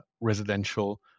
residential